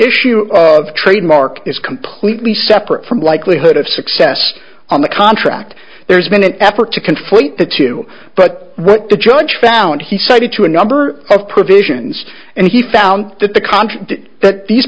issue of trademark is completely separate from likelihood of success on the contract there's been an effort to conflate the two but what the judge found he cited to a number of provisions and he found that the contract th